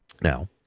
Now